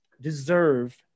deserve